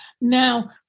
now